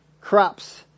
crops